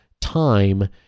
time